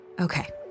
Okay